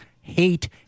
hate